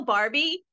Barbie